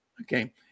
Okay